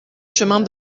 chemin